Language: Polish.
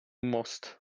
most